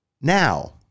now